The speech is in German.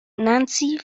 nancy